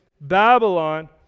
Babylon